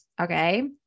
okay